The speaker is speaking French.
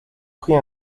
pris